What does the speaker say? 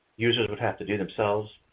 users would have to do themselves.